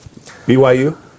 BYU